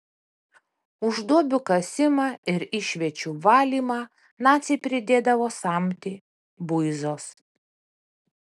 už duobių kasimą ir išviečių valymą naciai pridėdavo samtį buizos